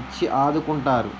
ఇచ్చి ఆదుకుంటారు